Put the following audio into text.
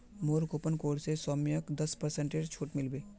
मोर coupon code स सौम्यक दस पेरसेंटेर छूट मिल बे